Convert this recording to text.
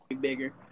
bigger